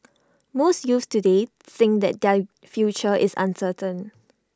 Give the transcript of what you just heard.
most youths today think that their future is uncertain